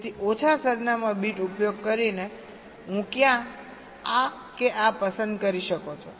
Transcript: તેથી ઓછા સરનામા બીટ ઉપયોગ કરીને હું ક્યાં આ કે આ પસંદ કરી શકો છો